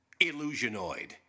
Illusionoid